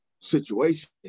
situation